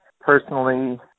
Personally